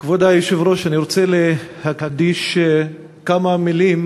כבוד היושב-ראש, אני רוצה להקדיש כמה מילים